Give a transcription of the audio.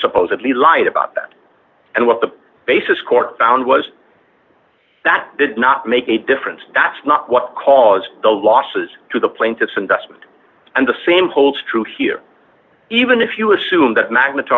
supposedly lied about that and what the basis court found was that did not make a difference that's not what caused the losses to the plaintiff's investment and the same holds true here even if you assume that magn